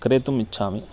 क्रेतुम् इच्छामि